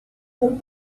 com